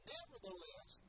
Nevertheless